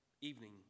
evening